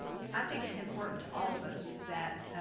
i think it's important to all of us that